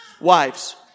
Wives